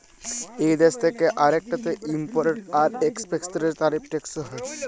ইক দ্যেশ থ্যাকে আরেকটতে ইমপরট আর একেসপরটের তারিফ টেকস হ্যয়